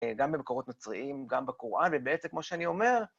גם במקורות מצריים, גם בקוראן, ובעצם, כמו שאני אומר...